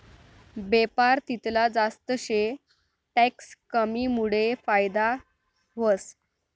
बेपार तितला जास्त शे टैक्स कमीमुडे फायदा व्हस